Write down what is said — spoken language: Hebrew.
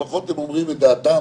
לפחות הם אומרים את דעתם,